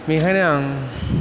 बिखायनो आं